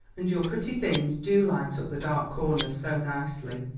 and your pretty things do light up the dark corners so nicely.